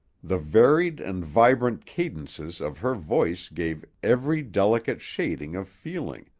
the varied and vibrant cadences of her voice gave every delicate shading of feeling,